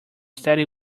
steady